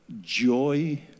joy